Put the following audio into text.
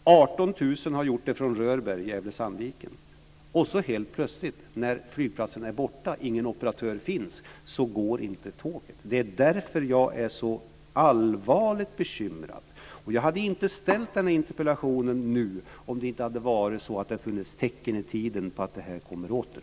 18 000 har gjort det i Rörberg, Gävle Sandviken. Och så helt plötsligt, när flygplatserna är borta och ingen operatör finns, går inte tåget. Det är därför jag är så allvarligt bekymrad. Jag hade inte ställt denna interpellation nu om det inte hade varit så att det finns tecken i tiden på att det här kommer åter.